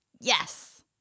yes